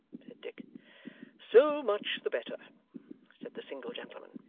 said dick so much the better said the single gentleman,